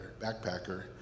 backpacker